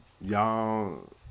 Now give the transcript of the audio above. y'all